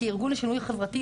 כי ארגון לשינוי חברתי,